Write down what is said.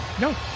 No